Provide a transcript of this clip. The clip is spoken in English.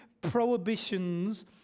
prohibitions